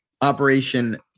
operation